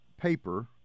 paper